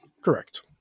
Correct